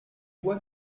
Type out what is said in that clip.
dois